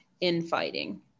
infighting